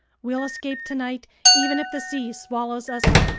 we'll escape tonight even if the sea swallows us up!